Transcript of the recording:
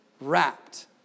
wrapped